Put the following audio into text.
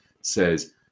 says